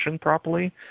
properly